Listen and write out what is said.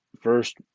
first